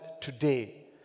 today